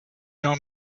know